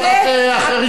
ואני כבר מסיימת,